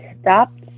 stopped